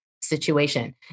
situation